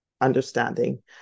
understanding